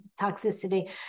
toxicity